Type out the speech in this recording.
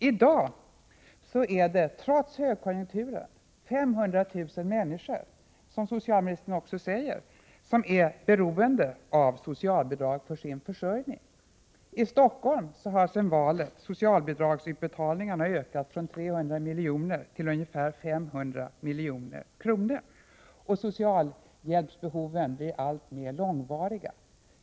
I dag är det, trots högkonjunkturen, 500 000 människor — som socialministern också säger — som är beroende av socialbidrag för sin försörjning. I Stockholm har sedan valet socialbidragsutbetalningarna ökat från 300 milj.kr. till ungefär 500 milj.kr., och socialhjälpsbehoven blir allt mer långvariga.